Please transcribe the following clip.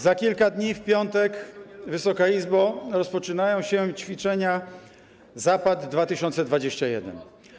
Za kilka dni, w piątek, Wysoka Izbo, rozpoczynają się ćwiczenia Zapad 2021.